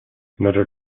another